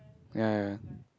ya